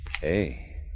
Hey